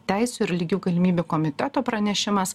teisių ir lygių galimybių komiteto pranešimas